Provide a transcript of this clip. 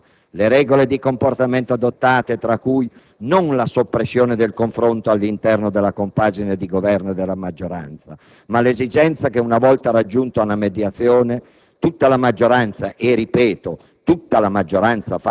Sono fiducioso che il chiarimento intervenuto nella maggioranza, le regole di comportamento adottate tra cui non la soppressione del confronto all'interno della compagine di Governo e della maggioranza, ma l'esigenza che, una volta raggiunta una mediazione,